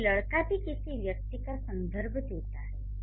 यानी लड़का भी किसी व्यक्ति का संदर्भ देता है